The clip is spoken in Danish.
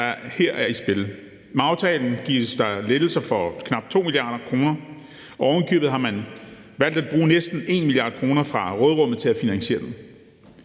der her er i spil. Med aftalen gives der lettelser for knap 2 mia. kr., og ovenikøbet har man valgt at bruge næsten 1 mia. kr. fra råderummet til at finansiere den.